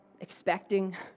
expecting